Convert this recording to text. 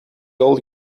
old